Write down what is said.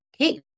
Okay